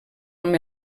amb